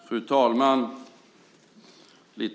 Fru talman!